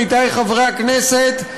עמיתי חברי הכנסת,